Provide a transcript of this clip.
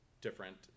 different